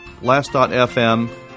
Last.fm